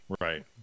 Right